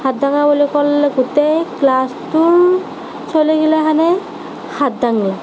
হাত দাঙা বুলি কোৱাৰ লগে গোটেই ক্লাছটোৰ চলিগিলাখানে হাত দাঙে